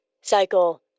cycle